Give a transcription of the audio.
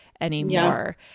anymore